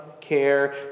care